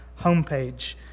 homepage